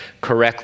correctly